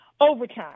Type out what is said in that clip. overtime